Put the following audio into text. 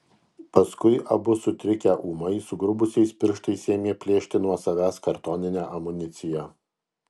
paskui abu sutrikę ūmai sugrubusiais pirštais ėmė plėšti nuo savęs kartoninę amuniciją